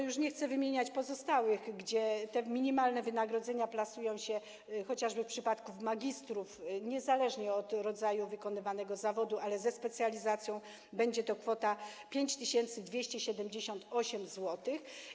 Już nie chcę wymieniać pozostałych, gdzie te minimalne wynagrodzenia chociażby w przypadku magistrów, niezależnie od rodzaju wykonywanego zawodu, ale ze specjalizacją, będą wynosiły 5278 zł.